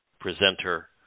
presenter